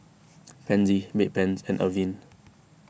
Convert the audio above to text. Pansy Bedpans and Avene